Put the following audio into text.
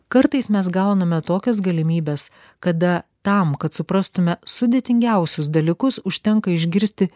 kartais mes gauname tokias galimybes kada tam kad suprastume sudėtingiausius dalykus užtenka išgirsti